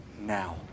now